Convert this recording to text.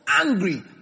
Angry